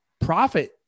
profit